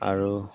আৰু